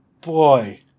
Boy